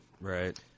Right